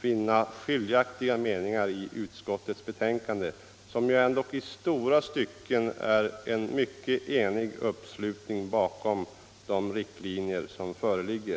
finna i förhållande till utskottets betänkande skiljaktiga meningar. Det är ju ändå i långa stycken en enig uppslutning bakom de riktlinjer som föreligger.